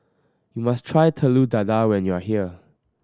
must try Telur Dadah when you are here